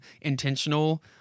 intentional